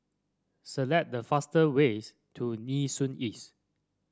select the fastest ways to Nee Soon East